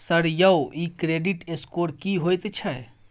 Sir यौ इ credit score की होयत छै?